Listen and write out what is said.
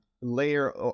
layer